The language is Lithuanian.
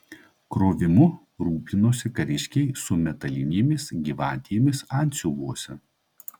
krovimu rūpinosi kariškiai su metalinėmis gyvatėmis antsiuvuose